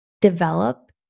develop